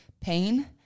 pain